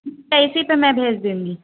اچھا اسی پہ میں بھیج دوں گی